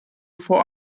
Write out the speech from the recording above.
vor